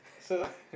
so